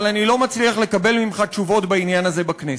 אבל אני לא מצליח לקבל ממך תשובות בעניין הזה בכנסת.